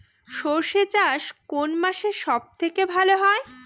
সর্ষে চাষ কোন মাসে সব থেকে ভালো হয়?